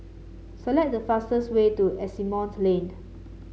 select the fastest way to Asimont Lane